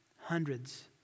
hundreds